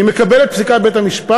אני מקבל את פסיקת בית-המשפט,